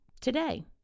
today